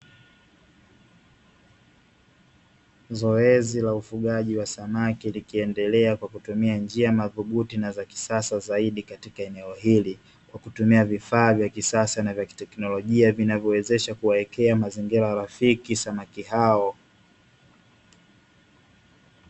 Zoezi la ufugaji wa samaki likiendelea kwa kutumia njia madhubuti na za kisasa zaidi katika eneo hili kwa kutumia vifaa vya kisasa na vya kitekinolojia vinavyowezesha kuwawekea mazingira rafiki samaki hao.